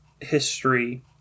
history